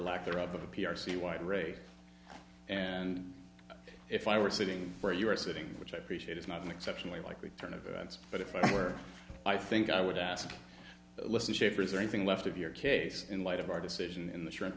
lack there of the p r c white race and if i were sitting where you are sitting which i appreciate it's not an exceptionally likely turn of events but if i were i think i would ask listen schieffer is there anything left of your case in light of our decision in the